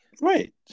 Right